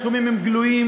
הסכומים הם גלויים,